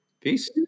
Peace